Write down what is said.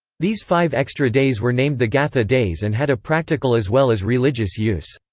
these five extra days were named the gatha days and had a practical as well as religious use.